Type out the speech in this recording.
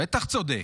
בטח צודק,